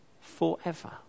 forever